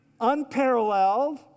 unparalleled